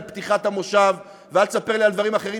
פתיחת המושב ואל תספר לי על דברים אחרים,